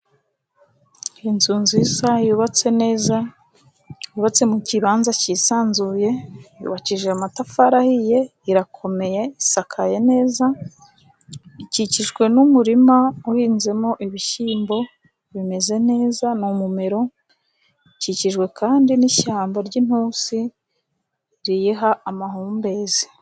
Inzu nziza, yubatse neza. Yubatse mu kibanza cyisanzuye, yubakishijwe amatafari ahiye. Irakomeye isakaye neza, ikikijwe n'umurima uhinzemo ibishyimbo bimeze neza. Ni umumero. Ikikijwe kandi n'ishyamba ry'intusi riyiha amahumbezi.